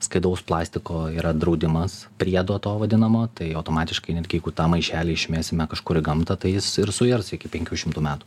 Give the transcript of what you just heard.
skaidaus plastiko yra draudimas priedo to vadinamo tai automatiškai netgi jeigu tą maišelį išmesime kažkur į gamtą tai jis ir suers iki penkių šimtų metų